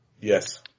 Yes